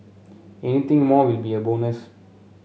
anything more will be a bonus